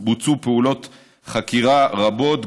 בוצעו פעולות חקירה רבות,